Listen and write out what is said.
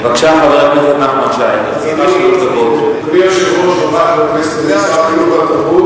שהוא תומך בהסתייגות שלי להעביר 2 מיליארד שקל מהביטחון לחינוך.